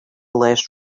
less